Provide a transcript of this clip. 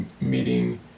meeting